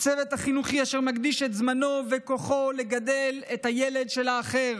לצוות החינוכי אשר מקדיש את זמנו וכוחו לגדל את הילד של האחר,